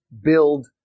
build